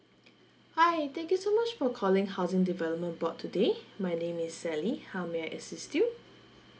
hi thank you so much for calling housing development board today my name is sally how may I assist you